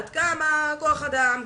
כמה כוח אדם,